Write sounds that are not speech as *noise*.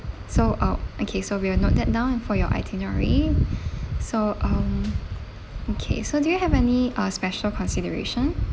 so uh okay so we will note that down and for your itinerary *breath* so um okay so do you have any uh special consideration